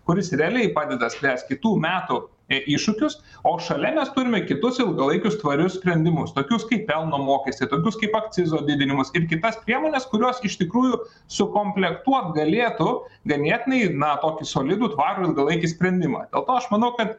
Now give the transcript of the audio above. kuris realiai padeda spręsti tų metų iššūkius o šalia nes turime kitus ilgalaikius tvarius sprendimus tokius kaip pelno mokestį tokius kaip akcizo didinimas ir kitas priemones kurios iš tikrųjų sukomplektuot galėtų ganėtinai na tokį solidų tvarų ilgalaikį sprendimą dėl to aš manau kad